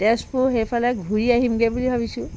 তেজপুৰ সেইফালে ঘূৰি আহিমগৈ বুলি ভাবিছোঁ